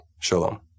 Shalom